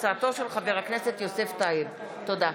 תודה.